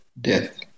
death